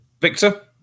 Victor